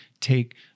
take